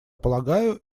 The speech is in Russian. полагаю